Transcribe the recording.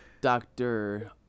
Doctor